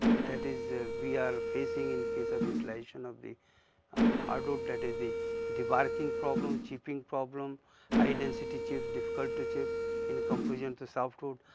that is we are facing in case of utilization of the hard wood that is the debarking problem, chipping problem high density chip difficult to chip in comparison to soft wood.